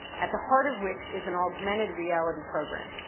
at the heart of which is an augmented reality program.